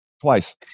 twice